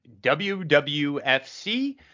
WWFC